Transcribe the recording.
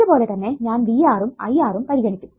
ഇതുപോലെ തന്നെ ഞാൻ VR ഉം IR ഉം പരിഗണിക്കും